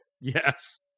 Yes